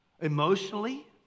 Emotionally